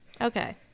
okay